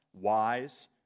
wise